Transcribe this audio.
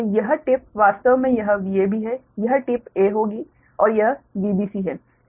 तो यह टिप वास्तव में यह Vab है यह टिप a होगी और यह Vbc है